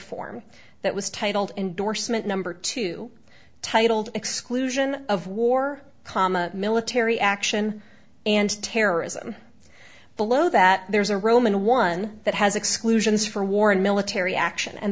form that was titled endorsement number two titled exclusion of war comma military action and terrorism below that there's a roman one that has exclusions for war and military action and